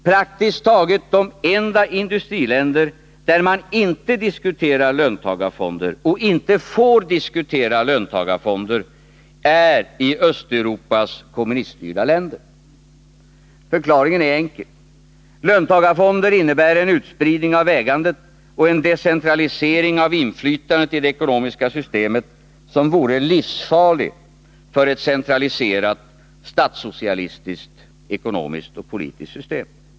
Praktiskt taget de enda industriländer, där man inte diskuterar löntagarfonder och inte får diskutera löntagarfonder, är Östeuropas kommuniststyrda länder. Förklaringen är enkel — löntagarfonder innebär en utspridning av ägandet och en decentralisering av inflytandet i det ekonomiska systemet, som vore livsfarlig för ett centraliserat, statssocialistiskt ekonomiskt och politiskt system.